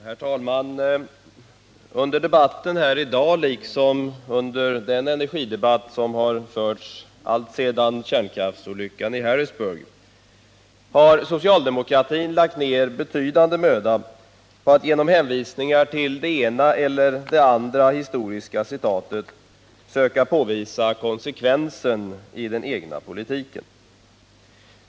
Herr talman! Under debatten här i dag liksom under den energidebatt som har förts alltsedan kärnkraftsolyckan i Harrisburg har socialdemokratin lagt ned betydande möda på att genom hänvisningar till det ena eller det andra historiska citatet söka påvisa konsekvensen i den egna politiken.